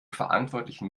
verantwortlichen